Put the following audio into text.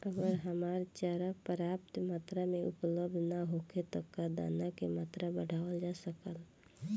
अगर हरा चारा पर्याप्त मात्रा में उपलब्ध ना होखे त का दाना क मात्रा बढ़ावल जा सकेला?